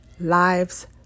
lives